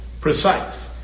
precise